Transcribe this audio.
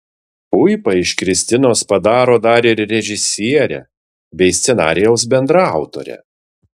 puipa iš kristinos padaro dar ir režisierę bei scenarijaus bendraautorę